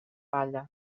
palla